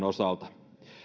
osalta